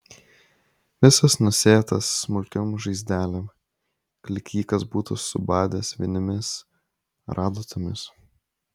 visas nusėtas smulkiom žaizdelėm lyg jį kas būtų subadęs vinimis ar adatomis